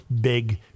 big